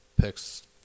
picks